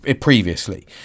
previously